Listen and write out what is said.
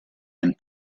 and